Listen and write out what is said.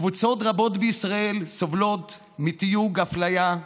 קבוצות רבות בישראל סובלות מתיוג, מאפליה,